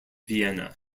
vienna